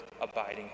abiding